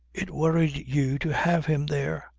it worried you to have him there,